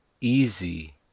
easy